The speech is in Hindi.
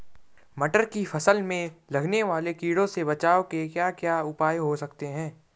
मटर की फसल में लगने वाले कीड़ों से बचाव के क्या क्या उपाय हो सकते हैं?